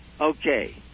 Okay